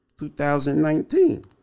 2019